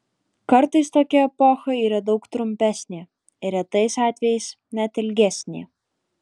kartais tokia epocha yra daug trumpesnė ir retais atvejais net ilgesnė